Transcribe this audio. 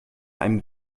einem